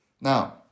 Now